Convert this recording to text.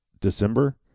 December –